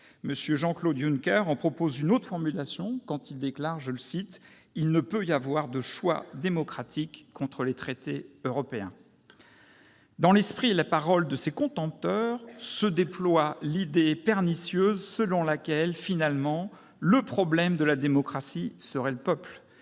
M. Jean-Claude Juncker en propose une autre formulation quand il déclare :« Il ne peut y avoir de choix démocratiques contre les traités européens. » Dans l'esprit et la parole de ces contempteurs se déploie l'idée pernicieuse selon laquelle, finalement, le problème de la démocratie serait le peuple